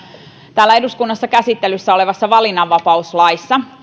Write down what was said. täällä eduskunnassa käsittelyssä olevassa valinnanvapauslaissa